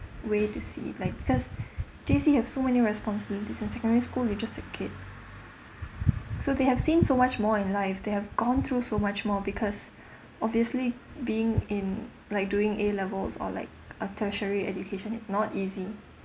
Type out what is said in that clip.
way to see like because J_C have so many responsibilities in secondary school you're just a kid so they have seen so much more in life they have gone through so much more because obviously being in like doing A levels or like a tertiary education is not easy